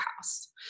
house